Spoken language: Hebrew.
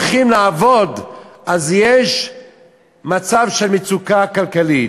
הולכים לעבוד יש מצב של מצוקה כלכלית.